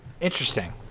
interesting